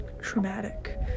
traumatic